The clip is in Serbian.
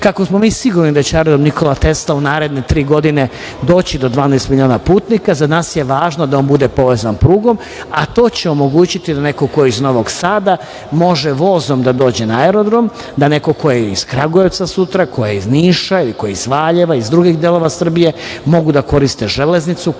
smo mi sigurni da će aerodrom „Nikola Tesla“ u naredne tri godine doći do 12 miliona putnika za nas je važno da on bude povezan prugom, a to će omogućiti da neko ko je iz Novog Sada može vozom da dođe na aerodrom, da neko ko je iz Kragujevca sutra, ko je iz Niša ili ko je iz Valjeva, iz drugih delova Srbije mogu da koriste železnicu